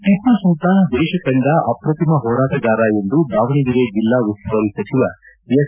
ಟಿಮ್ಪ ಸುಲ್ತಾನ್ ದೇಶ ಕಂಡ ಅಪ್ರತಿಮ ಹೋರಾಟಗಾರ ಎಂದು ದಾವಣಗೆರೆ ಜಿಲ್ಲಾ ಉಸ್ತುವಾರಿ ಸಚಿವ ಎಸ್